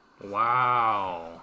Wow